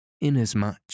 inasmuch